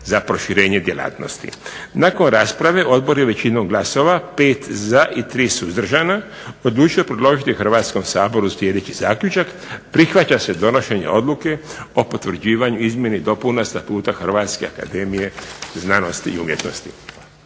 za proširenje djelatnosti. Nakon rasprave odbor je većinom glasova 5 za i tri suzdržana, odlučio predložiti Hrvatskom saboru sljedeći zaključak. Prihvaća se donošenje Odluke o potvrđivanju izmjeni i dopuni Statuta Hrvatske akademije za znanost i umjetnost.